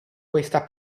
questa